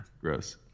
Gross